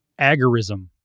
agorism